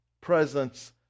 presence